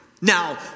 Now